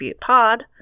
Pod